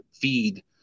feed